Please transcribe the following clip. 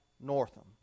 Northam